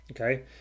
Okay